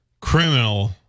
criminal